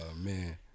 man